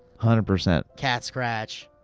hundred percent. cat scratch.